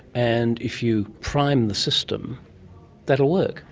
and if you prime the system that will work.